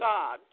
God